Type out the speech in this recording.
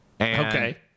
Okay